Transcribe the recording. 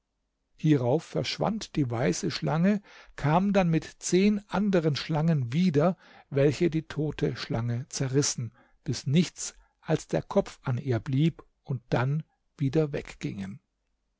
hierauf verschwand die weiße schlange kam dann mit zehn anderen schlangen wieder welche die tote schlange zerrissen bis nichts als der kopf an ihr blieb und dann wieder weggingen